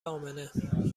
امنه